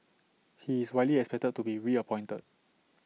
he is widely expected to be reappointed